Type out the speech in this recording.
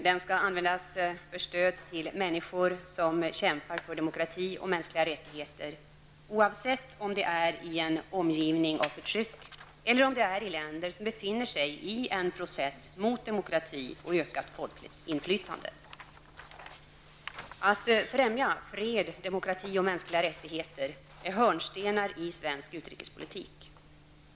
Den skall användas för stöd till människor som kämpar för demokrati och mänskliga rättigheter, oavsett om det är i en omgivning av förtryck eller om det är i länder som befinner sig i en process mot demokrati och ökat folkligt inflytande. Att främja fred, demokrati och mänskliga rättigheter är hörnstenar i svensk utrikespolitik.